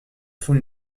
fond